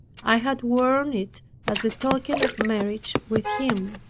i had worn it as a token of marriage with him.